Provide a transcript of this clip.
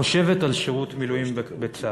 חושבת על שירות מילואים בצה"ל.